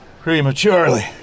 prematurely